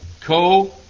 Co